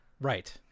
Right